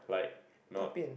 大便